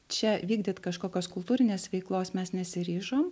čia vykdyt kažkokios kultūrinės veiklos mes nesiryžom